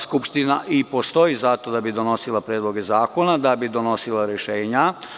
Skupština postoji baš zato da bi donosila predloge zakona, da bi donosila rešenja.